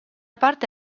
parte